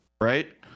right